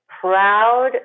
proud